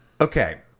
Okay